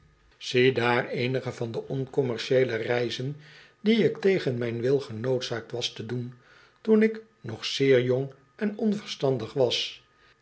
ziedaar ecnige van de oncommercieele reizen die ik tegen mijn wil genoodzaakt was te doen toen ik nog zeer jong en onverstandig was